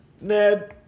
Ned